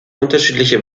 unterschiedliche